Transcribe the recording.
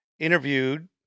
interviewed